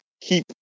keep